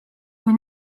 kui